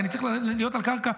כי אני צריך להיות על קרקע.